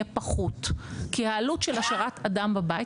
יהיה פחות כי העלות של השארת אדם בבית,